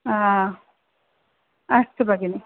अस्तु भगिनि